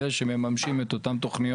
אלה שמממשים את אותן תוכניות.